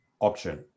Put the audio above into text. option